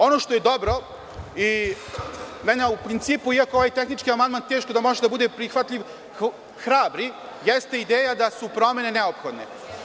Ono što je dobro i mene u principu, iako ovaj tehnički amandman teško da može biti prihvatljiv, hrabri jeste ideja da su promene neophodne.